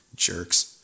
jerks